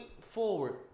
forward